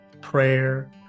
prayer